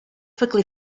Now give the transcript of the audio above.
quickly